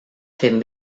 fent